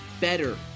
Better